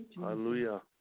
Hallelujah